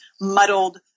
muddled